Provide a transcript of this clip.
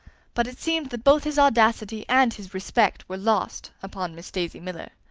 but it seemed that both his audacity and his respect were lost upon miss daisy miller.